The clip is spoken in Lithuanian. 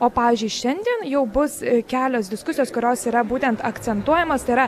o pavyzdžiui šiandien jau bus kelios diskusijos kurios yra būtent akcentuojamos yra